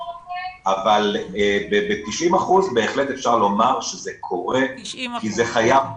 אבל ב-90% בהחלט אפשר לומר שזה קורה כי זה חייב לקרות.